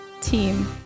team